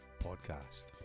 podcast